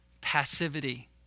passivity